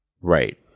Right